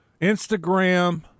Instagram